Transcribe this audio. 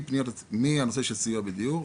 מהנושא של סיוע בדיור,